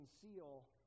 conceal